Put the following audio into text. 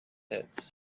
pits